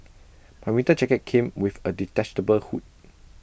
my winter jacket came with A detachable hood